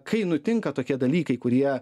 kai nutinka tokie dalykai kurie